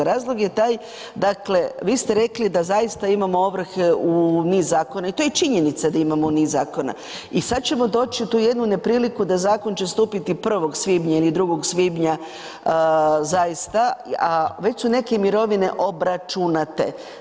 Razlog je taj, dakle vi ste rekli da zaista imamo ovrhe u niz zakona i to je činjenica da imamo niz zakona i sad ćemo doći u tu jednu nepriliku da zakon će stupiti 1. svibnja ili 2. svibnja zaista, a već su neke mirovine obračunate.